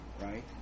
right